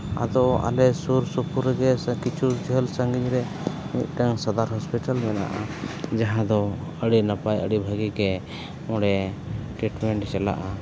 ᱦᱮᱸ ᱟᱫᱚ ᱟᱞᱮ ᱥᱩᱨ ᱥᱩᱯᱩᱨ ᱨᱮᱜᱮ ᱠᱤᱪᱷᱩ ᱡᱷᱟᱹᱞ ᱥᱟᱺᱜᱤᱧ ᱨᱮ ᱢᱤᱫᱴᱟᱱ ᱥᱟᱫᱷᱟᱨᱚᱱ ᱦᱚᱥᱯᱤᱴᱟᱞ ᱢᱮᱱᱟᱜᱼᱟ ᱡᱟᱦᱟᱸ ᱫᱚ ᱟᱹᱰᱤ ᱱᱟᱯᱟᱭ ᱟᱹᱰᱤ ᱵᱷᱟᱹᱜᱤ ᱜᱮ ᱚᱸᱰᱮ ᱴᱨᱤᱴᱢᱮᱱᱴ ᱪᱟᱞᱟᱜᱼᱟ